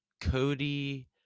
Cody